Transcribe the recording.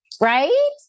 right